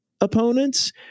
opponents